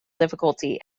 difficulty